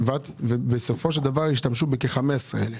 ובסופו של דבר השתמשו בכ-15,000.